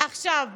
עכשיו,